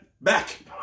back